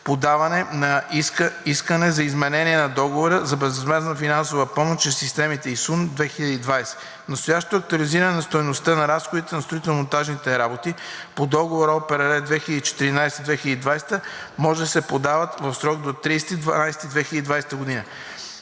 подаване на искане за изменение на Договора за безвъзмездна финансова помощ чрез системите ИСУН 2020. Настоящото актуализиране на стойността на разходите на строително-монтажните работи по Договор ОПРР 2014 – 2020 г. може да се подават в срок до 30